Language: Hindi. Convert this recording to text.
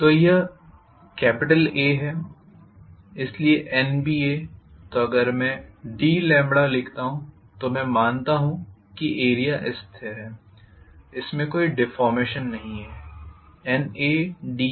तो यह A है इसलिए NBA तो अगर मैं d लिखता हूं तो मैं मानता हूँ कि एरिया स्थिर है इसमें कोई डीफोर्मेशन नहीं है NAdB